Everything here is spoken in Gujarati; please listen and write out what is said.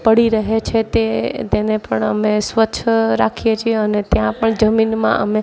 પડી રહે છે તે તેને પણ અમે સ્વચ્છ રાખીએ છીએ અને ત્યાં પણ જમીનમાં અમે